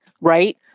Right